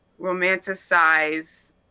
romanticize